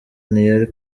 ntiyari